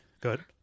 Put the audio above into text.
good